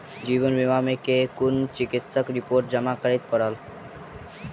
जीवन बीमा मे केँ कुन चिकित्सीय रिपोर्टस जमा करै पड़त?